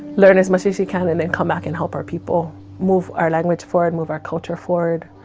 learn as much as she can and then come back and help our people move our language forward, move our culture forward.